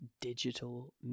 digital